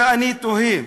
ואני תוהה: